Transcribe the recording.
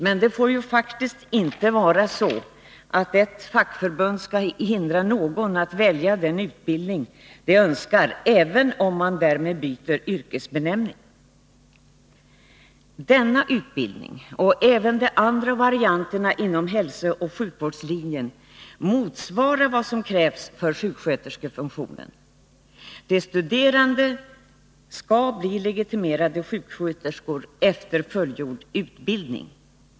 Men ett fackförbund får inte hindra en att välja den utbildning som man önskar, även om man därmed byter yrkesbenämning. Denna utbildning och även de andra varianterna inom hälsooch sjukvårdslinjen motsvarar vad som krävs för sjuksköterskefunktionen. De studerande skall bli legitimerade sjuksköterskor efter fullgjord utbildning.